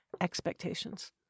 expectations